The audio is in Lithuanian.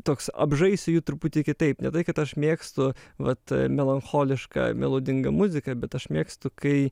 toks apžaisiu jį truputį kitaip ne tai kad aš mėgstu vat melancholišką melodingą muziką bet aš mėgstu kai